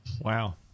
Wow